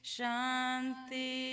Shanti